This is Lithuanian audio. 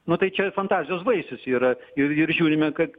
nu tai čia fantazijos vaisius yra ir ir žiūrime kad